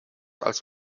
als